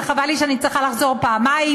וחבל לי שאני צריכה לחזור פעמיים,